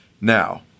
Now